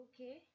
Okay